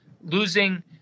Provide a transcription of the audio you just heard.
Losing